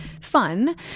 fun